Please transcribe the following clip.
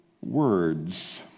words